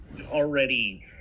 already